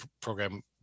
program